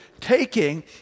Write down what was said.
taking